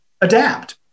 adapt